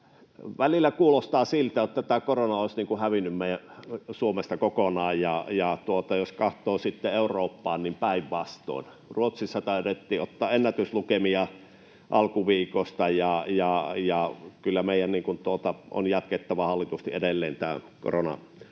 Välillä kuulostaa siltä, että tämä korona olisi hävinnyt meiltä Suomesta kokonaan, mutta jos katsoo Eurooppaan, niin päinvastoin. Ruotsissa taidettiin ottaa ennätyslukemia alkuviikosta. Kyllä meidän on jatkettava koronatoimenpiteitä